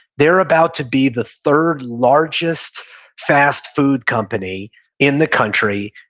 they're about to be the third largest fast food company in the country,